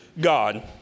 God